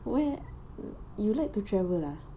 where you like to travel ah